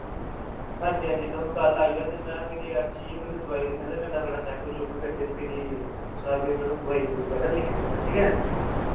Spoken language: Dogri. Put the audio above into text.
हांजी हांजी तुस कल आई जाओ ते मैं फिरि अच्छी थोहानू दवाई दिन्ना ते कन्नै थोह्ड़ा चैक चुक करियै ते फिरि उस स्हाब दी थुहानू दवाई दवुई बगैरा लिखी दिन्ना ठीक ऐ